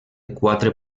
quatre